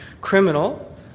criminal